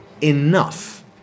enough